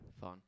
Fun